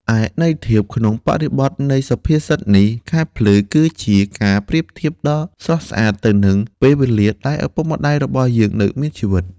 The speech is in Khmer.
ឯន័យធៀប ក្នុងបរិបទនៃសុភាសិតនេះ ខែភ្លឺ គឺជាការប្រៀបធៀបដ៏ស្រស់ស្អាតទៅនឹង ពេលវេលាដែលឪពុកម្តាយរបស់យើងនៅមានជីវិត។